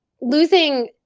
losing